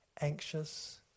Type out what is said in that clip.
anxious